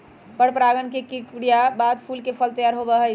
परागण के क्रिया के बाद फूल से फल तैयार होबा हई